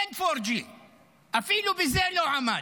אין G4, אפילו בזה לא עמד.